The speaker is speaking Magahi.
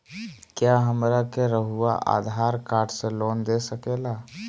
क्या हमरा के रहुआ आधार कार्ड से लोन दे सकेला?